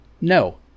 no